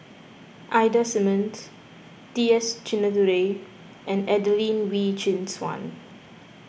Ida Simmons T S Sinnathuray and Adelene Wee Chin Suan